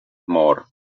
more